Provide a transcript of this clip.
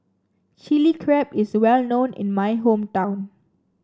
Chilli Crab is well known in my hometown